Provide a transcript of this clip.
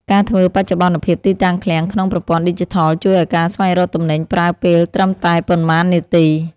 ការធ្វើបច្ចុប្បន្នភាពទីតាំងឃ្លាំងក្នុងប្រព័ន្ធឌីជីថលជួយឱ្យការស្វែងរកទំនិញប្រើពេលត្រឹមតែប៉ុន្មាននាទី។